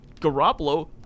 Garoppolo